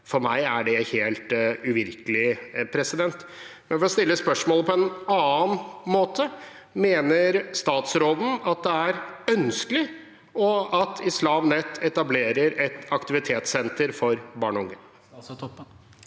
For meg er det helt uvirkelig. For å stille spørsmålet på en annen måte: Mener statsråden at det er ønskelig at Islam Net etablerer et aktivitetssenter for barn og unge?